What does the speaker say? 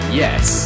yes